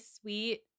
sweet